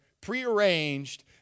prearranged